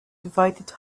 divided